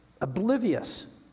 oblivious